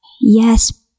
yes